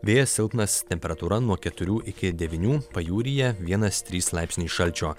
vėjas silpnas temperatūra nuo keturių iki devynių pajūryje vienas trys laipsniai šalčio